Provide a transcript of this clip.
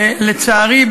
לצערי,